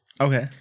Okay